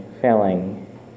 failing